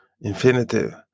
infinitive